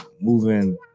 moving